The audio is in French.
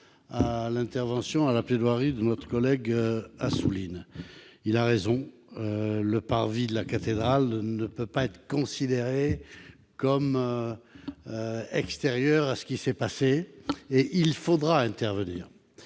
très sensible à la plaidoirie de notre collègue David Assouline. Il a raison : le parvis de la cathédrale ne peut pas être considéré comme extérieur à ce qui s'est passé et il faudra intervenir